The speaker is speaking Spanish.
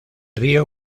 río